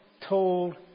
told